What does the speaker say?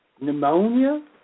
pneumonia